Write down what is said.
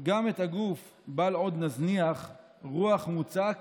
גם את הגוף בל עוד נזניח / רוח מוצק